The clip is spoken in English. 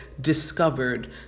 discovered